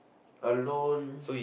alone